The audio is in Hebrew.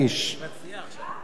ואחרי כמה שנים